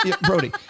brody